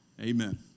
Amen